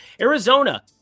Arizona